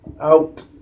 Out